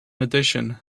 addition